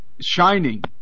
shining